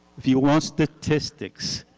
if you want statistics,